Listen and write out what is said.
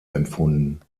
empfunden